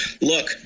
Look